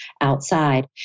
outside